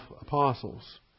apostles